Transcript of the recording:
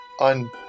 on